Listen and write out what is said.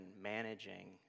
managing